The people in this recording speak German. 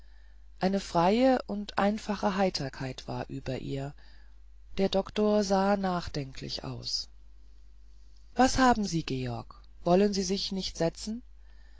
eine freie und einfache heiterkeit war über ihr der doktor sah nachdenklich aus was haben sie georg wollen sie sich nicht setzen